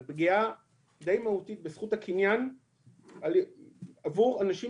על פגיעה די מהותית בזכות הקניין עבור אנשים